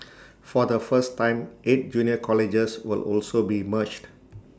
for the first time eight junior colleges will also be merged